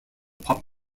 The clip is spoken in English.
pop